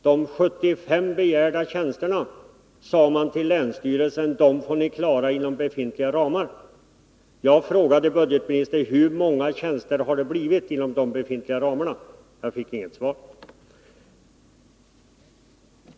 De 75 begärda tjänsterna, sade man till länsstyrelsen, får ni klara inom befintliga ramar. Jag frågade budgetministern: Hur många tjänster har det blivit inom de befintliga ramarna? Men jag fick inget svar.